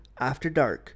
AFTERDARK